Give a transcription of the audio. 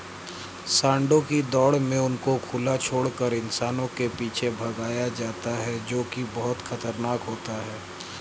सांडों की दौड़ में उनको खुला छोड़कर इंसानों के पीछे भगाया जाता है जो की बहुत खतरनाक होता है